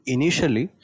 Initially